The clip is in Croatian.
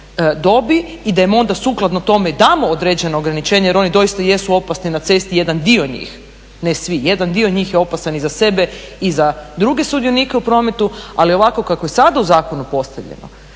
i da im onda sukladno tome i damo određeno ograničenje jer oni doista jesu opasni na cesti, jedan dio njih ne svi, jedna dio njih je opasan i za sebe i za druge sudionike u prometu. Ali ovako kako je sada u zakonu postavljeno,